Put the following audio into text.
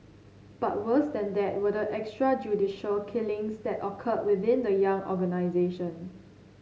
but worse than that were the extrajudicial killings that occurred within the young organisation